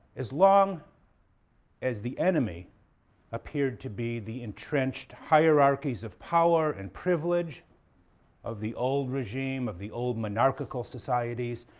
as long as the enemy appeared to be the entrenched hierarchies of power and privilege of the old regime, of the old monarchical societies,